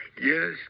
Yes